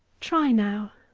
try, now!